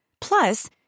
Plus